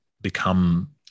become